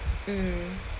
mm